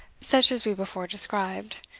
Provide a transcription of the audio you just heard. such as we before described,